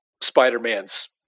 Spider-Man's